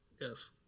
Yes